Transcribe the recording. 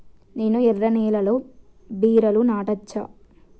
నేను ఎర్ర నేలలో బీరలు నాటచ్చా?